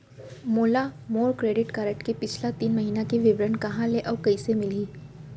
मोला मोर credit card के पिछला तीन महीना के विवरण कहाँ ले अऊ कइसे मिलही?